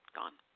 gone